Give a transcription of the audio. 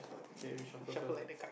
okay reshuffle first ah